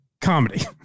comedy